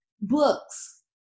books